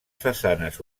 façanes